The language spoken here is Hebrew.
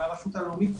מהרשות הלאומית,